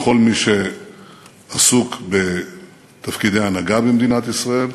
לכל מי שעסוק בתפקידי הנהגה במדינת ישראל,